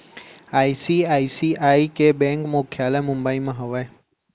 ICICI के bank मुख्यालय मुंबई म हावय